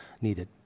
needed